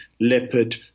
leopard